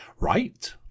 Right